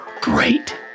great